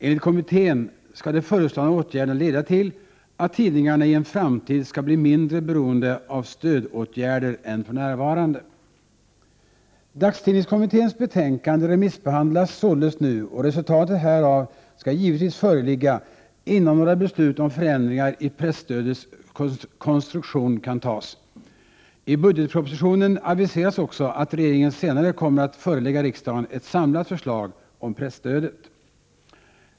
Enligt kommittén skall de föreslagna åtgärderna leda till att tidningarna i en framtid skall bli mindre beroende av stödåtgärder än för närvarande. Dagstidningskommitténs betänkande remissbehandlas således nu, och resultatet härav skall givetvis föreligga innan några beslut om förändringar i presstödets konstruktion kan tas. I budgetpropositionen aviseras också att regeringen senare kommer att förelägga riksdagen ett samlat förslag om presstödet.